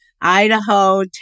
Idaho